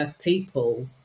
people